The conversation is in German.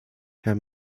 herr